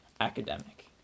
academic